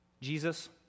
Jesus